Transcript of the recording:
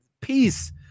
Peace